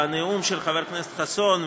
בנאום של חבר הכנסת חסון,